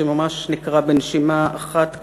שממש נקרא בנשימה אחת,